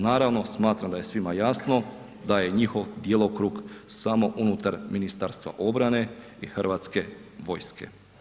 Naravno, smatram da je svima jasno da je njihov djelokrug samo unutar Ministarstva obrane i Hrvatske vojske.